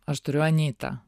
aš turiu anytą